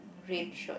red shorts